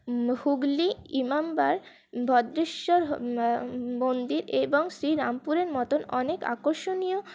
হুগলী ইমামবাড়া ভদ্রেশ্বর মন্দির এবং শ্রীরামপুরের মত অনেক আকর্ষণীয়